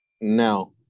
No